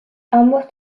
ambos